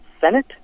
Senate